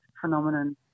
phenomenon